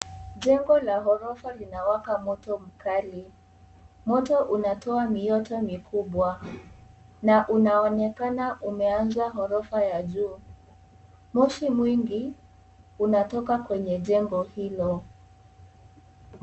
Jengo la ghorofa linawaka moto mkali. Moto inato mioto mikubwa na unaonekana umeanza ghorofa ya juu. Moshi mwingi unatoka kwenye jengo hilo.